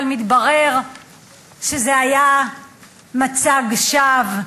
אבל מתברר שזה היה מצג שווא.